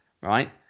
right